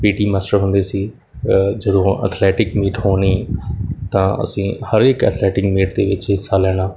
ਪੀ T master ਹੁੰਦੇ ਸੀ ਜਦੋਂ ਅਥਲੈਟਿਕ ਮੀਟ ਹੋਣੀ ਤਾਂ ਅਸੀਂ ਹਰ ਇੱਕ ਅਥਲੈਟਿਕ ਮੀਟ ਦੇ ਵਿੱਚ ਹਿੱਸਾ ਲੈਣਾ